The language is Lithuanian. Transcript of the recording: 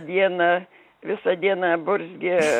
dieną visą dieną burzgė